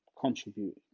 Contribute